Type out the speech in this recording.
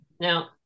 Now